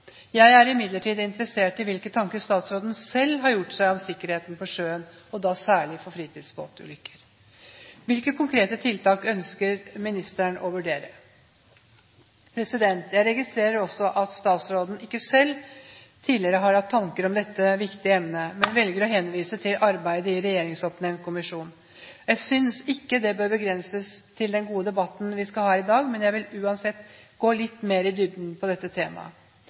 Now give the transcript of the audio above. Jeg er imidlertid interessert i hvilke tanker statsråden selv har gjort seg om sikkerheten på sjøen, og da særlig om fritidsbåtulykker. Hvilke konkrete tiltak ønsker ministeren å vurdere? Jeg registrerer også at statsråden ikke selv tidligere har hatt tanker om dette viktige emnet, men velger å henvise til arbeidet i en regjeringsoppnevnt kommisjon. Jeg synes ikke det bør begrense den gode debatten vi skal ha i dag. Jeg vil uansett gå litt mer i dybden på dette temaet.